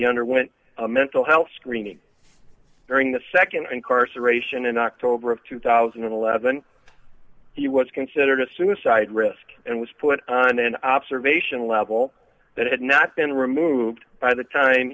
he underwent a mental health screening during the nd incarceration in october of two thousand and eleven he was considered a suicide risk and was put on an observation level that had not been removed by the time